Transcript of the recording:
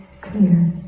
clear